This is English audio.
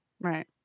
Right